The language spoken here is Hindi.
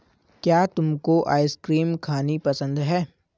क्या तुमको आइसक्रीम खानी पसंद है?